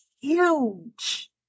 huge